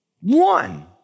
One